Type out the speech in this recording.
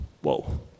Whoa